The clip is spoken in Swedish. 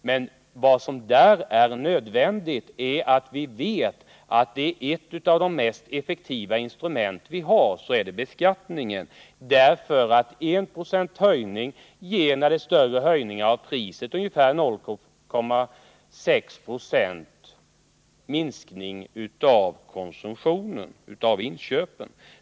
Det är emellertid nödvändigt att vi är medvetna om att beskattningen är ett av de mest effektiva instrumenten, därför att varje procents ökning av priset ger, då det rör sig om prishöjningar av större omfattning, ungefär 0,6 90 minskning av konsumtionen vid inköpen.